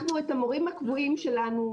אנחנו את המורים הקבועים שלנו,